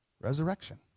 resurrection